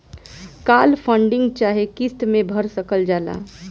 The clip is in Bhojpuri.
काल फंडिंग चाहे किस्त मे भर सकल जाला